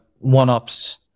one-ups